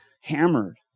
hammered